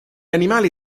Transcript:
animali